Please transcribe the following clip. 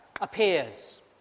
appears